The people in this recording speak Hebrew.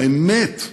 לאמת.